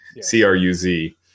C-R-U-Z